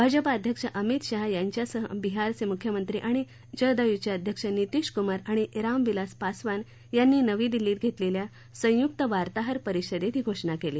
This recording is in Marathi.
भाजपा अध्यक्ष अमित शहा यांच्यासह बिहारचे मुख्यमंत्री आणि जदयूचे अध्यक्ष नितीश कुमार आणि रामविलास पासवान यांनी नवी दिल्लीत घेतलेल्या संयुक्त वार्ताहर परिषदेत ही घोषणा केली